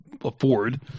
afford